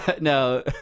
No